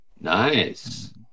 Nice